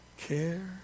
care